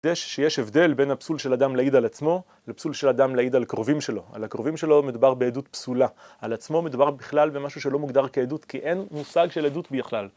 כדי שיש הבדל בין הפסול של אדם להעיד על עצמו לפסול של אדם להעיד על קרובים שלו על הקרובים שלו מדובר בעדות פסולה על עצמו מדובר בכלל במשהו שלא מוגדר כעדות כי אין מושג של עדות בכלל